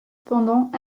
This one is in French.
pendant